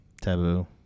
Taboo